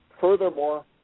furthermore